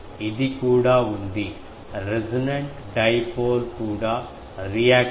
ఇది కూడా ఉంది రెసోనెంట్ డైపోల్ కూడా రియాక్టివ్ పార్ట్ 42